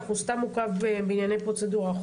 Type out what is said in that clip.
הוא סתם עוכב בענייני פרוצדורה.